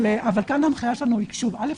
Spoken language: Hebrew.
אבל כאן ההנחיה שלנו היא א',